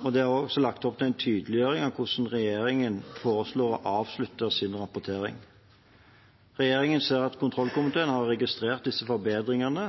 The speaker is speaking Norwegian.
og det er også lagt opp til en tydeliggjøring av hvordan regjeringen foreslår å avslutte sin rapportering. Regjeringen ser at kontrollkomiteen har registrert disse forbedringene,